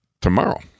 Tomorrow